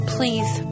Please